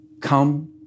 come